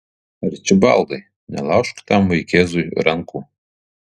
arčibaldai nelaužk tam vaikėzui rankų